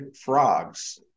frogs